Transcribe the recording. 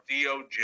doj